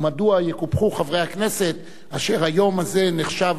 ומדוע יקופחו חברי הכנסת אשר היום הזה נחשב